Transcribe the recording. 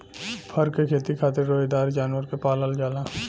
फर क खेती खातिर रोएदार जानवर के पालल जाला